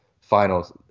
finals